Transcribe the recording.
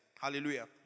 Hallelujah